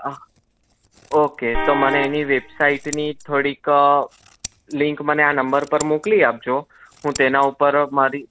હા ઓકે તો મને એની વેબસાઇટની થોડીક લિન્ક મને આ નંબર પર મોકલી આપજો હું તેના ઉપર મારી